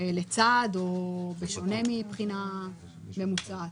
לצד או בשונה מבחינה ממוצעת.